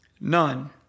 None